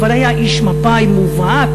אבל היה איש מפא"י מובהק,